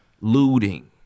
Looting